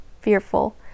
fearful